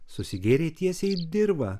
susigėrė tiesiai į dirvą